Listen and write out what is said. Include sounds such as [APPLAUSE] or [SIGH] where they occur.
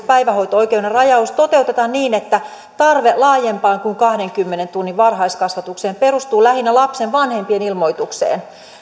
[UNINTELLIGIBLE] päivähoito oikeuden rajaus toteutetaan niin että tarve laajempaan kuin kahdenkymmenen tunnin varhaiskasvatukseen perustuu lähinnä lapsen vanhempien ilmoitukseen